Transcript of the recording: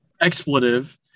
expletive